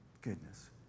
goodness